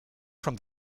from